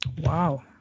wow